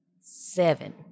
Seven